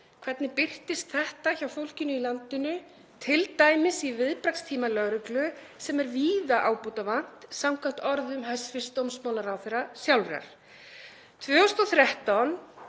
Hvernig birtist þetta hjá fólkinu í landinu, t.d. í viðbragðstíma lögreglu sem er víða ábótavant samkvæmt orðum hæstv. dómsmálaráðherra sjálfrar?